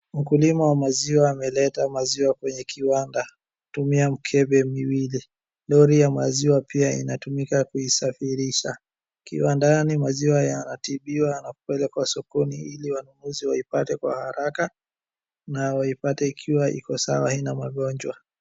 Mkulima wa maziwa ameleta maziwa kwenye kiwanda akitumia mkebe miwili. Lori ya maziwa pia inatumika kuisafirisha. Akiwa ndani maziwa yanatibiwa na kupelekwa sokoni ili wanafunzi waipate kwa haraka na waipate ikiwa iko sawa haina magonjwa.